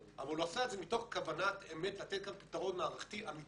אבל הוא עשה את זה מתוך כוונת אמת לתת כאן פתרון מערכתי אמיתי.